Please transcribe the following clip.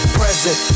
present